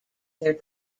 their